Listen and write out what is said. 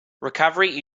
recovery